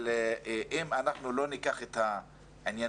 אבל אם אנחנו לא ניקח את העניינים